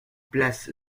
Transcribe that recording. place